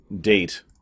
date